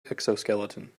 exoskeleton